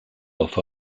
off